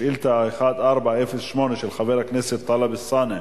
שאילתא 1408, של חבר הכנסת טלב אלסאנע,